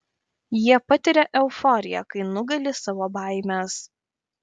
jie patiria euforiją kai nugali savo baimes